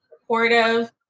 supportive